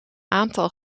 aantal